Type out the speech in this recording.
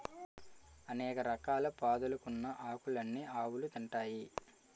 అనేక రకాల పాదులుకున్న ఆకులన్నీ ఆవులు తింటాయి